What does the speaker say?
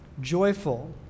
joyful